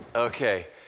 Okay